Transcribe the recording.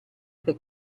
che